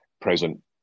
present